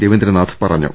രവീന്ദ്രനാഥ് പറഞ്ഞു